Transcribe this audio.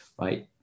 right